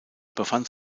befand